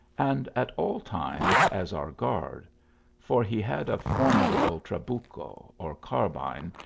and at all times as our guard for he had a formidable trabucho, or carbine,